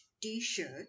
t-shirt